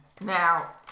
now